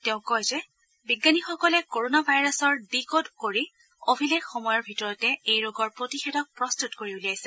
তেওঁ কয় যে বিজ্ঞানীসকলে কৰণা ভাইৰাছৰ ডি কোড কৰি অভিলেখ সময়ৰ ভিতৰতে এই ৰোগৰ প্ৰতিষেধক প্ৰস্তুত কৰি উলিয়াইছে